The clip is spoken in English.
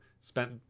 spent